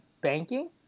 banking